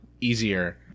easier